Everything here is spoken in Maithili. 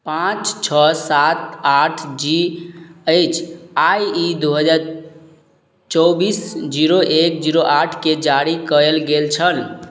पाँच छओ सात आठ जी अछि आओर ई दुइ हजार चौबिस जीरो एक जीरो आठके जारी कएल गेल छल